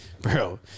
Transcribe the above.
Bro